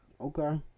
okay